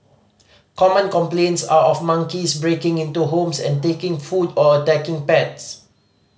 common complaints are of monkeys breaking into homes and taking food or attacking pets